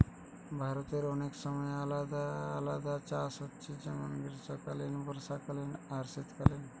ভারতে অনেক সময় আলাদা আলাদা চাষ হচ্ছে যেমন গ্রীষ্মকালীন, বর্ষাকালীন আর শীতকালীন